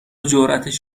جراتش